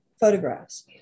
photographs